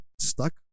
stuck